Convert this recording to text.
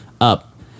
up